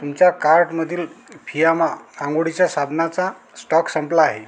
तुमच्या कार्टमधील फियामा आंघोळीच्या साबणाचा स्टॉक संपला आहे